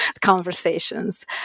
conversations